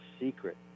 secret